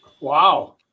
Wow